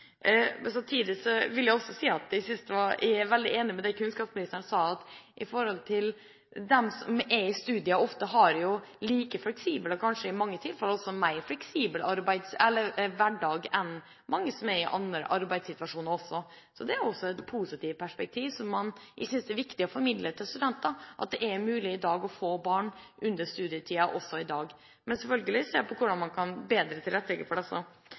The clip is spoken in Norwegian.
Samtidig vil jeg også si at jeg er veldig enig i det kunnskapsministeren sa om at studentene ofte har en like fleksibel, og kanskje i mange tilfeller også mer fleksibel, hverdag enn mange i andre arbeidssituasjoner. Så det er også et positivt perspektiv at det i dag er mulig å få barn under studietiden, og jeg synes det er viktig å formidle det til studentene, men selvfølgelig kan man se på hvordan man kan tilrettelegge bedre for disse. Et poeng som jeg synes er veldig viktig, er at man